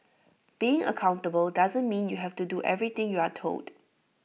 being accountable doesn't mean you have to do everything you're told